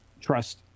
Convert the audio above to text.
trust